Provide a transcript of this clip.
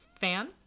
fan